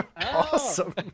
Awesome